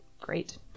Great